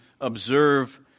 observe